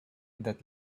that